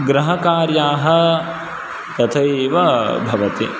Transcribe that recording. गृहकार्याः तथैव भवति